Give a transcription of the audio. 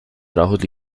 trabajos